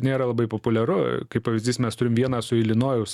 nėra labai populiaru kaip pavyzdys mes turim vieną su ilinojaus